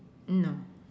no